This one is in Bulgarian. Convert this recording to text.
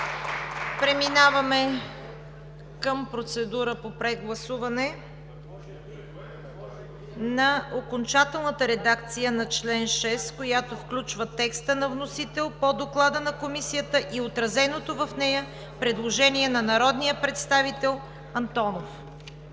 Преминаваме към процедура по прегласуване на окончателната редакция на чл. 6, която включва текста на вносител по доклада на Комисията и отразеното в нея предложение на народния представител Антонов.